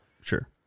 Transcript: Sure